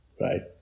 right